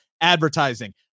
advertising